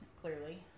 clearly